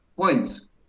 points